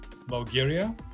Bulgaria